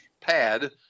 pad